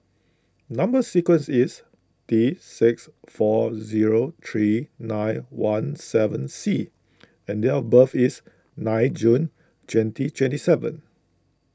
Number Sequence is T six four zero three nine one seven C and date of birth is nine June twenty twenty seven